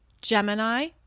Gemini